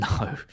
No